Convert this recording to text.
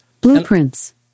Blueprints